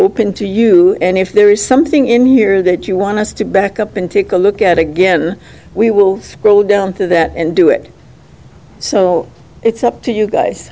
open to you and if there is something in here that you want us to back up and take a look at again we will scroll down to that and do it so it's up to you guys